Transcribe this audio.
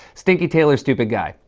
stinky tailor, stupid guy.